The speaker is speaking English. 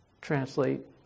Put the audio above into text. translate